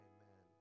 Amen